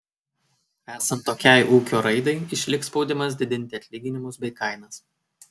esant tokiai ūkio raidai išliks spaudimas didinti atlyginimus bei kainas